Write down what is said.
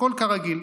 הכול כרגיל.